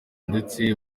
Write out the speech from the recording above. ndetse